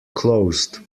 closed